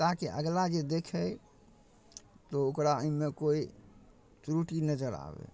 ताकि अगिला जे देखै तऽ ओकरा एहिमे कोइ त्रुटि नजरि आबै